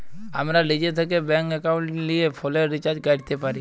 আমরা লিজে থ্যাকে ব্যাংক একাউলটে লিয়ে ফোলের রিচাজ ক্যরতে পারি